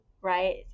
right